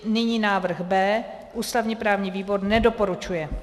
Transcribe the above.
Nyní návrh B. Ústavněprávní výbor nedoporučuje.